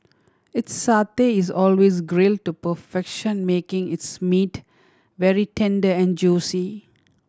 its satay is always grill to perfection making its meat very tender and juicy